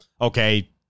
okay